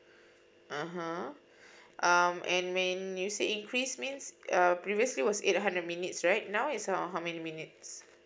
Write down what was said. (uh huh) um and when you say increase means err previously was eight hundred minutes right now is on how many minutes